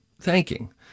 thanking